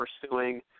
pursuing